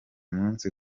munsi